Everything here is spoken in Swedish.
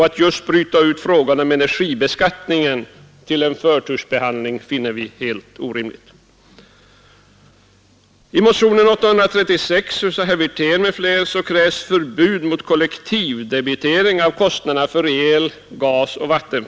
Att bryta ut just frågan om energibeskattningen till förtursbehandling finner vi helt orimligt.